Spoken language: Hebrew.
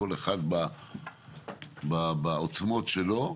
כל אחד בעוצמות שלו,